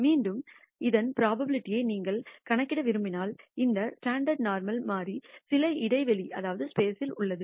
மீண்டும் இதன் புரோபாபிலிடிஐ நீங்கள் கணக்கிட விரும்பினால் ஸ்டாண்டர்ட் நோர்மல் மாறி சில இடைவெளியில் உள்ளது